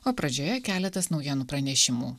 o pradžioje keletas naujienų pranešimų